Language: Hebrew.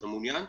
אתה מעוניין?